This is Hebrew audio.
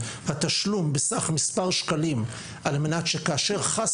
התשלום של מספר שקלים על מנת שכאשר חס